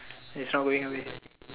in some way way